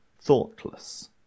Thoughtless